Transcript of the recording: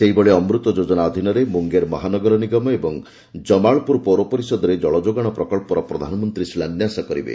ସେହିଭଳି ଅମୃତ ଯୋଜନା ଅଧୀନରେ ମୁଙ୍ଗେର ମହାନଗର ନିଗମ ଓ ଜମାଳପୁର ପୌରପରିଷଦରେ ଜଳଯୋଗାଣ ପ୍ରକଳ୍ପର ପ୍ରଧାନମନ୍ତ୍ରୀ ଶିଳାନ୍ୟାସ କରିବେ